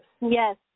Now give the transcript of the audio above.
Yes